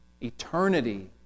eternity